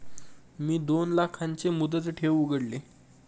मी दोन लाखांचे मुदत ठेव खाते उघडले